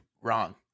wrong